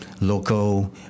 local